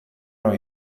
ohi